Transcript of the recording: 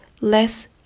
less